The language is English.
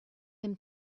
him